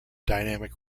dynamic